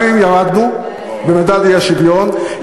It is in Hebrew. גם אם ירדנו במדד האי-שוויון,